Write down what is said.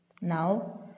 Now